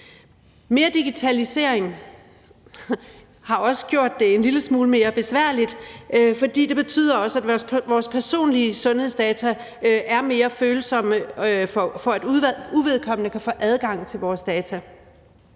Mere digitalisering har også gjort det en lille smule mere besværligt, for det betyder også, at vores personlige sundhedsdata er mere følsomme over for, at uvedkommende kan få adgang til vores data.